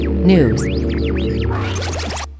News